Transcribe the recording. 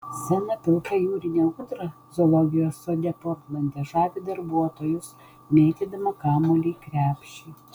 sena pilka jūrinė ūdra zoologijos sode portlande žavi darbuotojus mėtydama kamuolį į krepšį